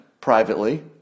privately